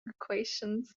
equations